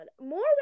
More